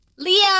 Leo